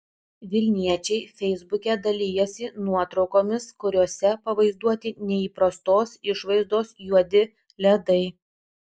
vilniečiai feisbuke dalijasi nuotraukomis kuriose pavaizduoti neįprastos išvaizdos juodi ledai